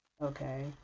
okay